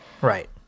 Right